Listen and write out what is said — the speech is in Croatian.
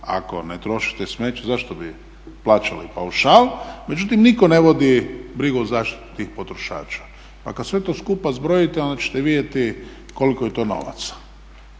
ako ne trošite smeće zašto bi plaćali paušal? Međutim, nitko ne vodi brigu o zaštiti tih potrošača. Pa kad sve to skupa zbrojite onda ćete vidjeti koliko je to novaca.